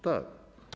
Tak.